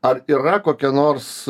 ar yra kokia nors